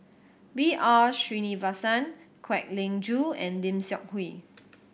B R Sreenivasan Kwek Leng Joo and Lim Seok Hui